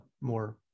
more